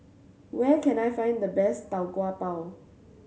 where can I find the best Tau Kwa Pau